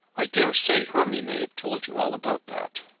i daresay hermy may have told you all about that.